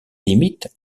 limites